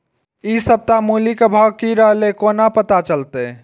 इ सप्ताह मूली के भाव की रहले कोना पता चलते?